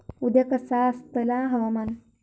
उद्या कसा आसतला हवामान?